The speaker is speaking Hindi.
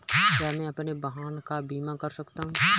क्या मैं अपने वाहन का बीमा कर सकता हूँ?